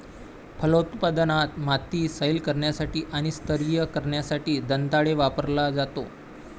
फलोत्पादनात, माती सैल करण्यासाठी आणि स्तरीय करण्यासाठी दंताळे वापरला जातो